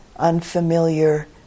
unfamiliar